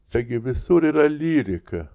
čiagi visur yra lyrika